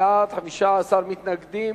אמרתם שלא, 37 בעד, 15 מתנגדים.